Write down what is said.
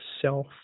self